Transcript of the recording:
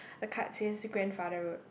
the card says grandfather road